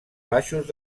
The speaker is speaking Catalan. baixos